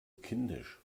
kindisch